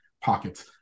pockets